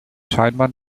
scheinbar